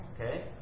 Okay